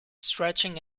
stretching